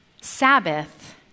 Sabbath